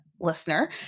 listener